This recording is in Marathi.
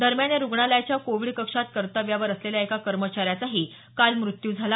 दरम्यान या रुग्णालयाच्या कोविड कक्षात कर्तव्यावर असलेल्या एका कर्मचाऱ्याचाही काल मृत्यू झाला